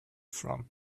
from